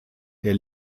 der